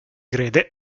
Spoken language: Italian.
crede